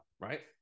right